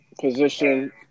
position